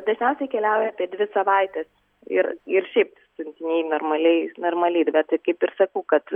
dažniausiai keliauja apie dvi savaites ir ir šiaip siuntiniai normaliai normaliai bet tai kaip ir sakau kad